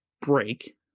break